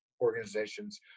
organizations